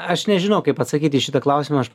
aš nežinau kaip atsakyt į šitą klausimą aš